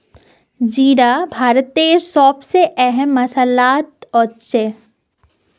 जीरा भारतेर सब स अहम मसालात ओसछेख